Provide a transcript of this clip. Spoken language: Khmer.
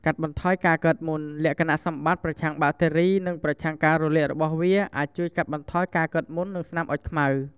កាត់បន្ថយការកើតមុន លក្ខណៈសម្បត្តិប្រឆាំងបាក់តេរី និងប្រឆាំងការរលាករបស់វា អាចជួយកាត់បន្ថយការកើតមុន និងស្នាមអុចខ្មៅ។